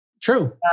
True